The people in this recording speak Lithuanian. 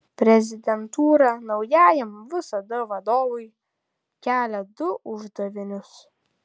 prezidentūra naujajam vsd vadovui kelia du uždavinius